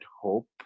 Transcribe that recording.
hope